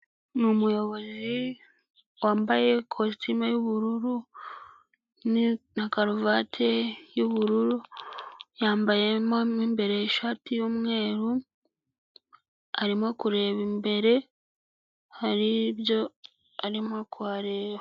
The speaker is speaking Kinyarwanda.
Ni umuyobozi wambaye ikositimu y'ubururu na karuvati y'ubururu, yambayemo mo imbere ishati y'umweru arimo kureba imbere, hari ibyo arimo kuhareba.